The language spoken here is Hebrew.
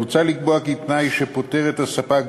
מוצע לקבוע כי תנאי שפוטר את הספק,